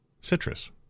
citrus